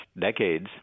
decades